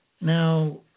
Now